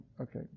Okay